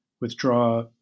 withdraw